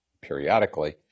periodically